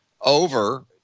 over